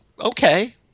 okay